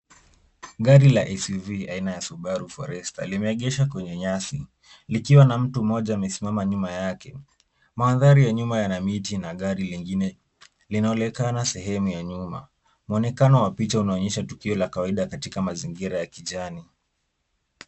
Gari la SUV aina ya Subaru Forester limeegeshwa kwenye nyasi likiwa na mtu mmoja amesimama nyuma yake. Mandhari ya nyuma yana miti na gari lingine linaonekana sehemu ya nyuma. Mwonekano wa picha unaonyesha tukio la kawaida katika mazingira ya kijani.